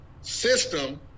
system